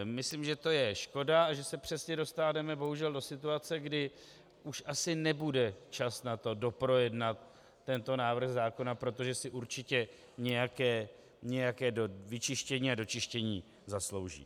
Myslím, že to je škoda a že se přesně dostáváme bohužel do situace, kdy už asi nebude čas na to doprojednat tento návrh zákona, protože si určitě nějaké vyčištění a dočištění zaslouží.